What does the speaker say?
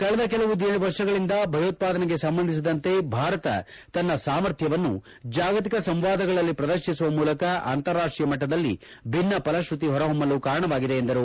ಕಳಿದ ಕೆಲವು ವರ್ಷಗಳಿಂದ ಭಯೋತ್ಪಾದನೆಗೆ ಸಂಬಂಧಿಸಿದಂತೆ ಭಾರತ ತನ್ನ ಸಾಮರ್ಥ್ಯವನ್ನು ಜಾಗತಿಕ ಸಂವಾದಗಳಲ್ಲಿ ಪ್ರದರ್ಶಿಸುವ ಮೂಲಕ ಅಂತಾರಾಷ್ಷೀಯ ಮಟ್ಟದಲ್ಲಿ ಭಿನ್ನ ಫಲಪ್ರುತಿ ಹೊರಹೊಮ್ಮಲು ಕಾರಣವಾಗಿದೆ ಎಂದರು